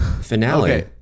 finale